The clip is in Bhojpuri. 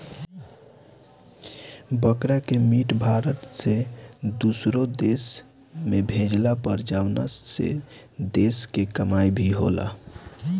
बकरा के मीट भारत से दुसरो देश में भेजाला पर जवना से देश के कमाई भी होला